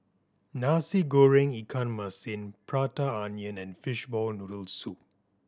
Nasi Goreng ikan masin Prata Onion and fishball noodle soup